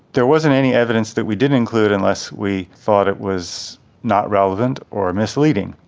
there wasn't any evidence that we didn't include, unless we thought it was not relevant or misleading.